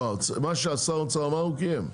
לא, מה ששר האוצר אמר הוא קיים.